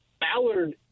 Ballard